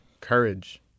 courage